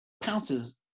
pounces